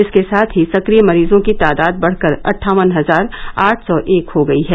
इसके साथ ही सक्रिय मरीजों की तादाद बढ़कर अट्ठावन हजार आठ सौ एक हो गयी है